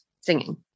singing